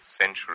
century